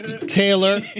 Taylor